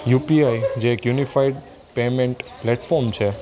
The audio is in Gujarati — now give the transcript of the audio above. યુપીઆઈ જે એક યુનિફાઇડ પેમેન્ટ પ્લેટફોર્મ છે